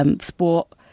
sport